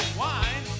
wine